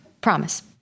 Promise